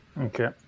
Okay